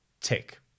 Tick